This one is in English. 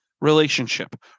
relationship